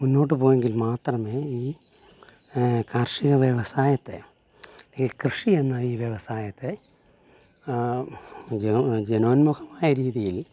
മുന്നോട്ട് പോയെങ്കിൽ മാത്രമേ ഈ കാർഷിക വ്യവസായത്തെ അല്ലങ്കിൽ കൃഷി എന്ന ഈ വ്യവസായത്തെ ജനോൻമുഖമായ രീതിയിൽ